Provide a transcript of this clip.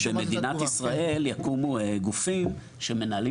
אני לא רוצה שבמדינת ישראל יקומו גופים שמנהלים